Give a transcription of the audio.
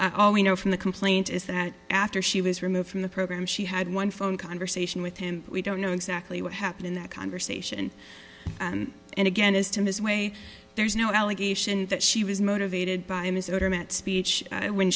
all we know from the complaint is that after she was removed from the program she had one phone conversation with him we don't know exactly what happened in that conversation and again as to his way there's no allegation that she was motivated by ms it or meant speech when